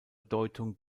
deutung